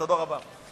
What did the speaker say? תודה רבה.